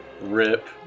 Rip